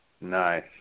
nice